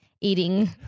eating